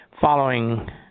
following